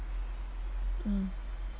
mm